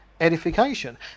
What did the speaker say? edification